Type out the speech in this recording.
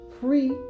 free